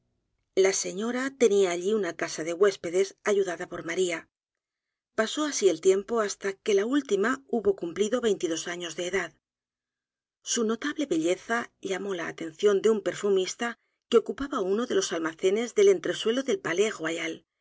la señora tenía allí una casa de huéspedes ayudada por maría pasó así el tiempo hasta que la última hubo cumplido veintidos años de e d a d su notable belleza llamó la atención de un perfumista que ocupaba uno de los almacenes del entresuelo del